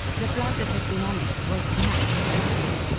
the blood that had been on it was mine, not his.